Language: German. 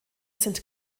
sind